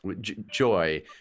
joy